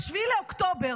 ב-7 באוקטובר